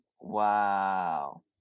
wow